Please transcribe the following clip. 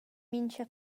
mincha